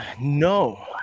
no